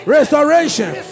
Restoration